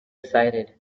excited